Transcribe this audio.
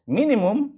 minimum